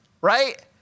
right